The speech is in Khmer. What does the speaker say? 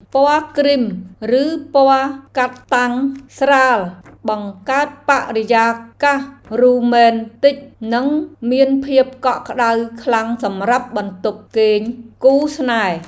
ពណ៌គ្រីមឬពណ៌កាតាំងស្រាលបង្កើតបរិយាកាសរ៉ូមែនទិកនិងមានភាពកក់ក្តៅខ្លាំងសម្រាប់បន្ទប់គេងគូស្នេហ៍។